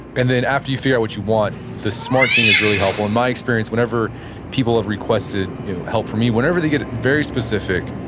and then after you figure out what you want, the smart thing is really helpful. in my experience, whenever people have requested help from me, whenever they get very specific,